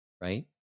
Right